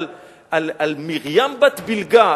על מרים בת בילגה,